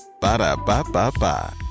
Ba-da-ba-ba-ba